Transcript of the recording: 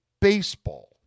baseball